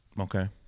okay